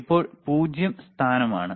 ഇപ്പോൾ 0 സ്ഥാനമാണ്